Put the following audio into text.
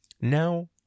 Now